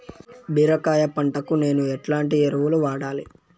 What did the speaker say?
బీరకాయ పంటకు నేను ఎట్లాంటి ఎరువులు వాడాలి?